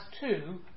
two